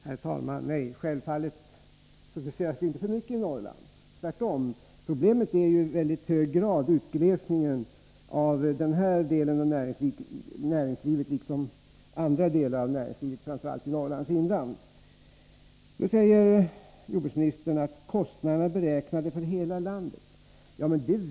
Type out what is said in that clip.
Herr talman! Nej, självfallet produceras det inte för mycket i Norrland. Tvärtom, problemet är i mycket hög grad utglesningen av den ifrågavarande delen av näringslivet, liksom f. ö. också av andra delar av näringslivet. Detta gäller framför allt Norrlands inland. Nu sade jordbruksministern att man räknar med kostnaderna för hela landet.